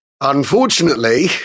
unfortunately